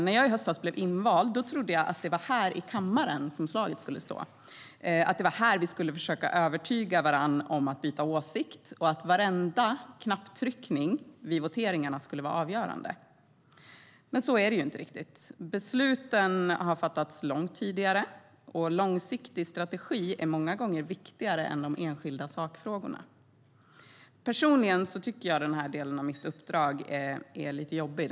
När jag i höstas blev invald i riksdagen trodde jag att det var i kammaren som slaget skulle stå, att det var här som vi skulle övertyga varandra om att byta åsikt och att varje knapptryckning vid voteringarna skulle vara avgörande. Men så är det ju inte riktigt. Besluten har fattats långt tidigare. Långsiktig strategi är många gånger viktigare än de enskilda sakfrågorna. Personligen tycker jag att den här delen av mitt uppdrag är lite jobbig.